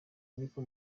ariko